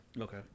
okay